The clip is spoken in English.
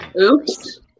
Oops